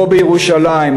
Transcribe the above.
פה בירושלים,